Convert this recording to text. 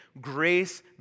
Grace